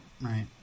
Right